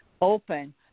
open